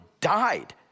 died